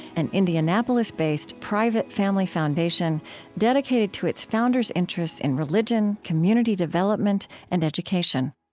an indianapolis-based, private family foundation dedicated to its founders' interests in religion, community development, and education